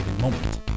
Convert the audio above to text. moment